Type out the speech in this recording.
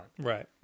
Right